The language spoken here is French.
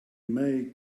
mae